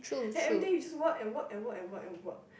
then everyday you just work and work and work and work and work